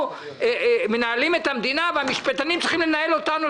אנחנו מנהלים את המדינה והמשפטנים צריכים לנהל אותנו,